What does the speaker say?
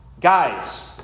guys